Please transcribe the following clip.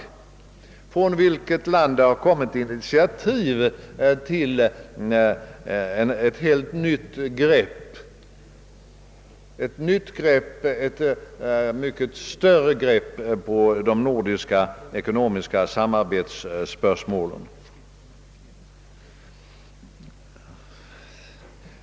Därifrån har det kommit initiativ till ett helt nytt och mera radikalt grepp om de nordiska ekonomiska samarbetsspörsmålen.